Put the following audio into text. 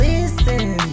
Listen